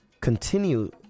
continue